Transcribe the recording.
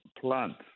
plant